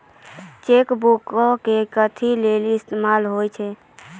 Cheque बुको के कथि लेली इस्तेमाल होय छै?